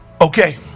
Okay